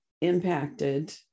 impacted